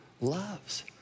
loves